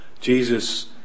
Jesus